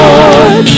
Lord